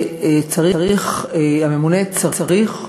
שהממונה צריך לאפשר,